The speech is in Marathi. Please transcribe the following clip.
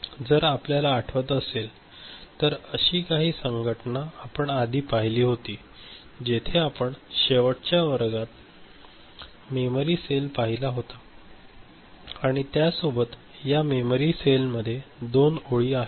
जर आपल्याला आठवत असेल तर अशी काही संघटना आपण आधी पाहिली होती जेथे आपण शेवटच्या वर्गात मेमरी सेल पाहिला होता आणि त्यासोबत या मेमरी सेलमध्ये दोन ओळी आहेत